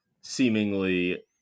seemingly